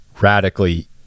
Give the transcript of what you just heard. radically